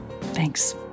thanks